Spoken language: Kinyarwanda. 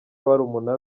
barumuna